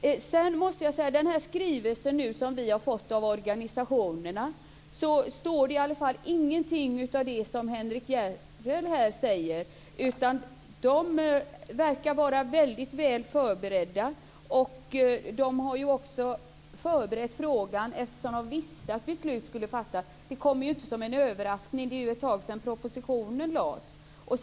I den skrivelse som vi har fått av organisationerna står i alla fall ingenting av det som Henrik S Järrel här säger. Man verkar vara väldigt väl förberedd. Man har förberett frågan eftersom man visste att beslut skulle fattas. Det kom ju inte som en överraskning. Det är ett tag sedan propositionen lades fram.